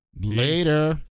later